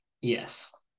yes